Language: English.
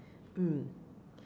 mm